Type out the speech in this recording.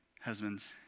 Husbands